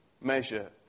measure